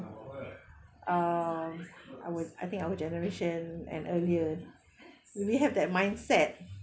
um I would I think our generation and earlier we have that mindset